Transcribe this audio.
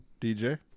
DJ